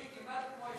כמעט כמו,